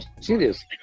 serious